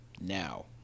now